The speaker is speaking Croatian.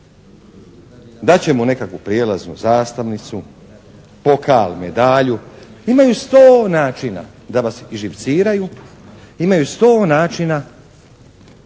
će mu neku prijelaznu zastavnicu, pokal, medalju. Imaju sto načina da vas izživciraju, imaju sto načina